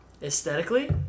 Aesthetically